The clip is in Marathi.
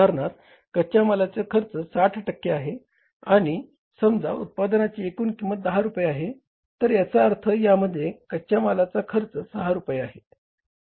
उदाहरणार्थ कच्या मालाचा खर्च 60 टक्के आहे आणि समजा उत्पादनाची एकूण किंमत 10 रुपये आहे याचा अर्थ यामध्ये कच्या मालाचा खर्च 6 रुपये आहे